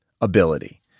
ability